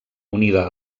unida